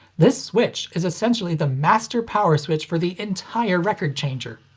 this switch is essentially the master power switch for the entire record changer.